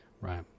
right